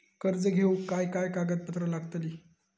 कर्ज घेऊक काय काय कागदपत्र लागतली?